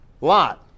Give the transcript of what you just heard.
Lot